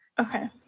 Okay